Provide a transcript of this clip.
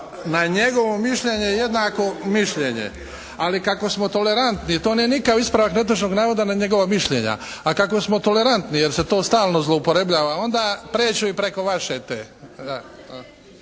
na njegovo mišljenje jednako mišljenje. Ali kako smo tolerantni to nije nikakav ispravak netočnog navoda na njegovo mišljenje, a kako smo tolerantni jer se to stalno zloupotrebljava onda prijeći ću i preko vaše te.